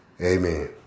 Amen